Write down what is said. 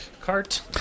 cart